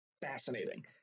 fascinating